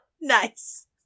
nice